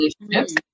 relationships